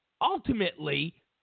Ultimately